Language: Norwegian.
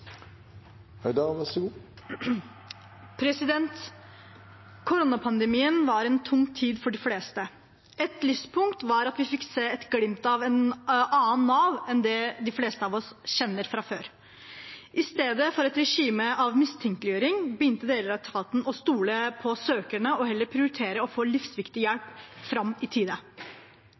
et glimt av et annet Nav enn det de fleste av oss kjenner fra før. I stedet for et regime av mistenkeliggjøring, begynte deler av etaten å stole på søkerne og heller prioritere å få livsviktig hjelp fram i tide.